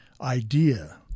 idea